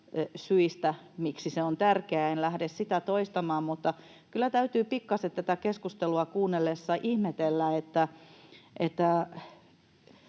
syistä, miksi se on tärkeää. En lähde niitä toistamaan. Mutta kyllä täytyy pikkaisen tätä keskustelua kuunnellessa ihmetellä, että